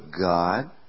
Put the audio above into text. God